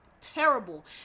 terrible